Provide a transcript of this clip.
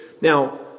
Now